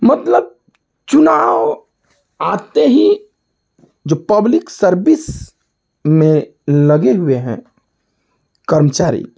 मतलब चुनाव आते ही जो पब्लिक सर्बिस में लगे हुए हैं कर्मचारी